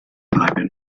bleiben